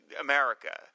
America